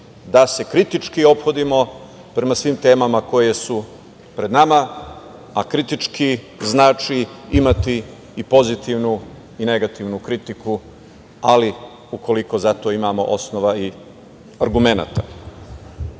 da se kritički ophodimo prema svim temama koje su pred nama, a kritički znači imati i pozitivnu i negativnu kritiku, ali ukoliko za to imamo osnova i argumenata. Kada